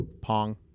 Pong